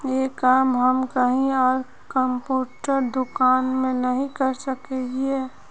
ये काम हम कहीं आर कंप्यूटर दुकान में नहीं कर सके हीये?